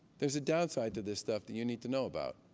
there's a downside to this stuff that you need to know about.